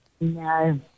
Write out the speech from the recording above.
No